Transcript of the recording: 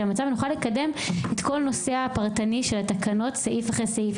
המצב ונוכל לקדם את כל הנושא הפרטני של התקנות סעיף אחרי סעיף.